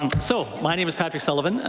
so my name is patrick sullivan.